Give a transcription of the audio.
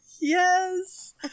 yes